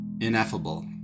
ineffable